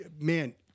man